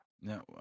No